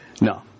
No